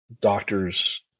doctors